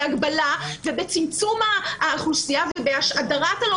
בהגבלה ובצמצום האוכלוסייה ובהדרת הלא